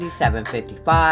755